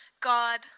God